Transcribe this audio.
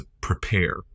prepare